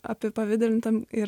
apipavidalintam ir